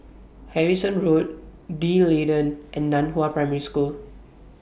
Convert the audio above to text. Harrison Road D'Leedon and NAN Hua Primary School